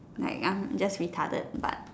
like I'm just retarded but